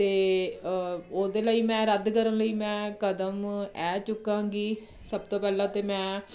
ਅਤੇ ਉਹਦੇ ਲਈ ਮੈਂ ਰੱਦ ਕਰਨ ਲਈ ਮੈਂ ਕਦਮ ਐਹ ਚੁੱਕਾਂਗੀ ਸਭ ਤੋਂ ਪਹਿਲਾਂ ਤਾਂ ਮੈਂ